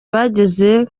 bageze